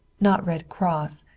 not red cross,